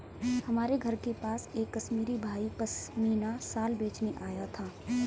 हमारे घर के पास एक कश्मीरी भाई पश्मीना शाल बेचने आया था